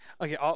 Okay